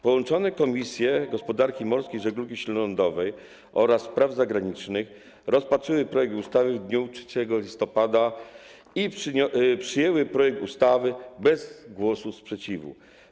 Połączone Komisje: Gospodarki Morskiej i Żeglugi Śródlądowej oraz Spraw Zagranicznych rozpatrzyły projekt ustawy w dniu 3 listopada i przyjęły projekt ustawy bez głosu sprzeciwu.